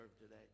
today